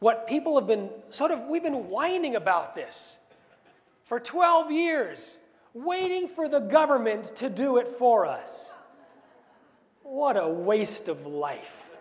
what people have been sort of we've been whining about this for twelve years waiting for the government to do it for us what a waste of life